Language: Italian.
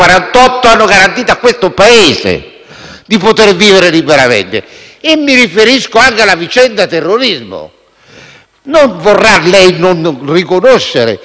Sono fatti storici e degli uomini hanno garantito a questo Paese di essere nel mondo occidentale, di avere le garanzie di libertà